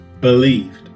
believed